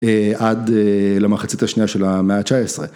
עד למחצית השנייה של המאה ה-19.